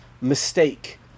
mistake